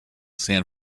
san